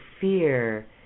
fear